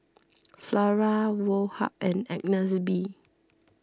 Flora Woh Hup and Agnes B